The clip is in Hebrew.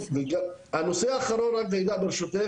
הנושא האחרון רק ג'ידא ברשותך,